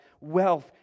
wealth